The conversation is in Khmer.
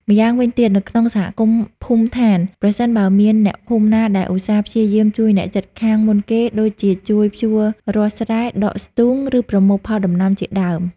ម្យ៉ាងវិញទៀត នៅក្នុងសហគមន៍ភូមិដ្ឋាន ប្រសិនបើមានអ្នកភូមិណាដែលឧស្សាហ៍ព្យាយាមជួយអ្នកជិតខាងមុនគេដូចជាជួយភ្ជួររាស់ស្រែ ដកស្ទូង ឬប្រមូលផលដំណាំជាដើម។